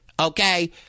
Okay